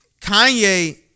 Kanye